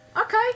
Okay